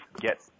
get